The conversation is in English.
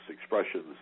expressions